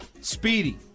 Speedy